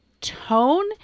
tone